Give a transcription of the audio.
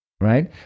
right